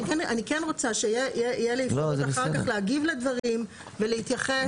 אני כן רוצה שתהיה לי אפשרות אחר כך להגיב לדברים ולהתייחס לכלל הדברים.